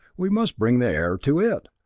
we must bring the air to it.